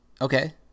Okay